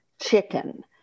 chicken